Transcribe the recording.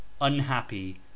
unhappy